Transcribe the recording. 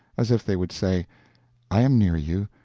as if they would say i am near you,